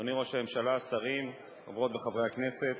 אדוני ראש הממשלה, השרים, חברות וחברי הכנסת,